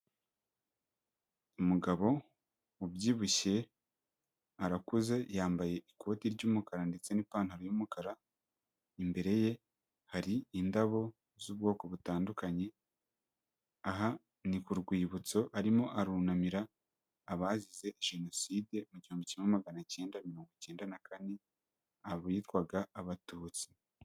Umugabo ubyibushye arakuze yambaye ikoti ry'umukara ndetse n'ipantaro y'umukara imbere ye hari indabo z'ubwoko butandukanye, aha ni kurwibutso arimo arunamira abazize jenoside mu gihumbi kimwe magana cyenda mirongo icyenda na kane abitwaga abatutsi.